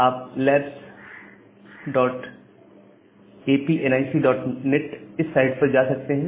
आप labs dot A P N I C dot net labsapnicnet इस site पर जा सकते हैं